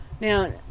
Now